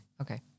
Okay